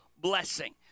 blessing